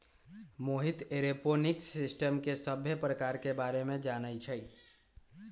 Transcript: Mohit aeroponics system के सभ्भे परकार के बारे मे जानई छई